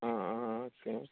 आं आं ओके